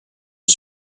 was